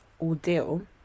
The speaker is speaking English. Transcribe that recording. ordeal